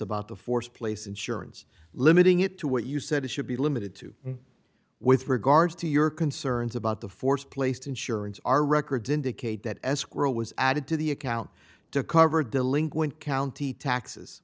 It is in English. about the th place insurance limiting it to what you said should be limited to with regards to your concerns about the forced placed insurance our records indicate that escrow was added to the account to cover delinquent county taxes